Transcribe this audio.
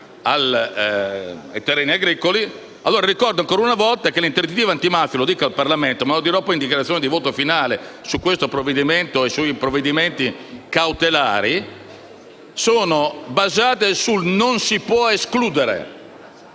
Ricordo ancora una volta che le interdittive antimafia - lo dico al Parlamento, ma lo ripeterò nelle dichiarazioni di voto finale su questo provvedimento e sui provvedimenti cautelari - sono basate sul «non si può escludere».